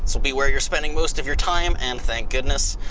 will be where you're spending most of your time and thank goodness.